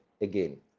again